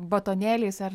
batonėliais ar